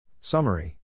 Summary